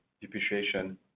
depreciation